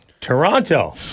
Toronto